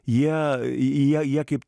jie jie kaip